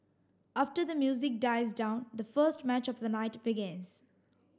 after the music dies down the first match of the night begins